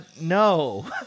no